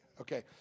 Okay